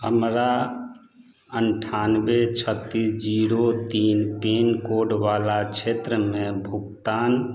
हमरा अनठानबे छत्तीस जीरो तीन पिनकोड बला छेत्रमे भुगतान